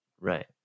right